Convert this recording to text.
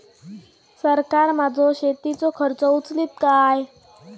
सरकार माझो शेतीचो खर्च उचलीत काय?